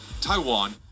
Taiwan